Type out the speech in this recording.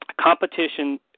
competition